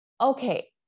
Okay